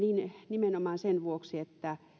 nimenomaan sen vuoksi että